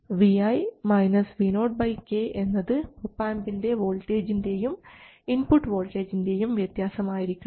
അതായത് Vi Vo k എന്നത് ഒപാംപിൻറെ വോൾട്ടേജിൻറെയും ഇൻപുട്ട് വോൾട്ടേജിൻറെയും വ്യത്യാസം ആയിരിക്കണം